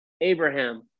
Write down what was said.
Abraham